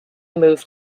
moved